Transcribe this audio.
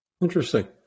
Interesting